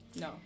No